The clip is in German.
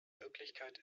wirklichkeit